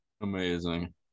Amazing